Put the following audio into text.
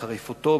בחריפותו,